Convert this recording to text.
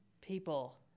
people